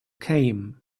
came